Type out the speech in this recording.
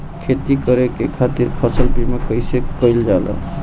खेती करे के खातीर फसल बीमा कईसे कइल जाए?